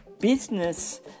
business